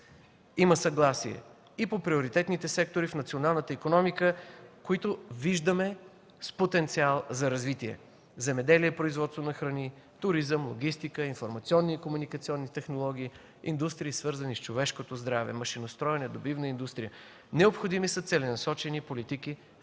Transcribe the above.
Има съгласие и по приоритетните сектори в националната икономика, които виждаме с потенциал за развитие – земеделие и производство на храни, туризъм, логистика, информационни и комуникационни технологии, индустрии, свързани с човешкото здраве, машиностроене, добивна индустрия. Необходими са целенасочени политики в